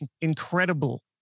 incredible